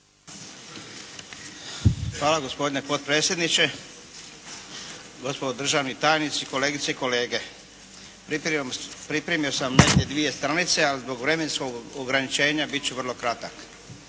Hvala gospodine potpredsjedniče, gospodo državni tajnici, kolegice i kolege. Pripremio sam negdje dvije stranice, ali zbog vremenskog ograničenja bit ću vrlo kratak.